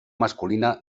masculina